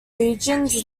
regions